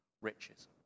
riches